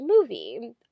movie